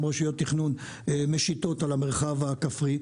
רשויות תכנון משיתות על המרחב הכפרי.